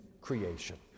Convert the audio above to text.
creation